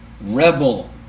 rebel